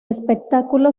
espectáculo